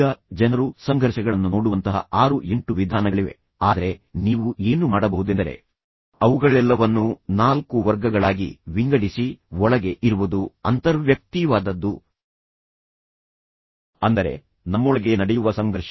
ಈಗ ಜನರು ಸಂಘರ್ಷಗಳನ್ನು ನೋಡುವಂತಹ 6 8 ವಿಧಾನಗಳಿವೆ ಆದರೆ ನೀವು ಏನು ಮಾಡಬಹುದೆಂದರೆ ಅವುಗಳೆಲ್ಲವನ್ನೂ ನಾಲ್ಕು ವರ್ಗಗಳಾಗಿ ವಿಂಗಡಿಸಿ ಒಳಗೆ ಇರುವುದು ಅಂತರ್ವ್ಯಕ್ತೀವಾದದ್ದು ಅಂದರೆ ನಮ್ಮೊಳಗೇ ನಡೆಯುವ ಸಂಘರ್ಷ